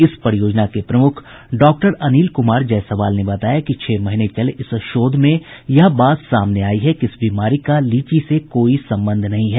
इस परियोजना के प्रमुख डॉक्टर अनिल कुमार जायसवाल ने बताया कि छह महीने चले इस शोध में यह बात सामने आयी है कि इस बीमारी का लीची से कोई संबंध नहीं है